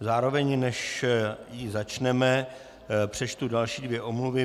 Zároveň, než ji začneme, přečtu další dvě omluvy.